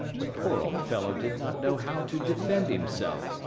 the poor old fellow did not know how to defend himself,